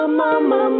mama